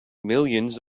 millions